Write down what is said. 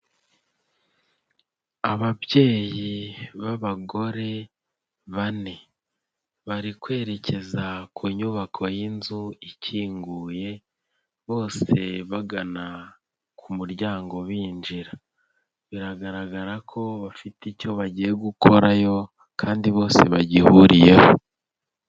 Ababyeyi b'abagore bane. Bari kwerekeza ku nyubako y'inzu ikinguye, bose bagana ku muryango binjira. Biragaragara ko bafite icyo bagiye gukorayo kandi bose bagihuriyeho.